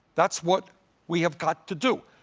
that's what we have got to do.